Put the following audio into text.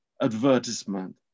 advertisement